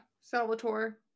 Salvatore